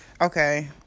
okay